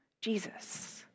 Jesus